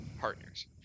partners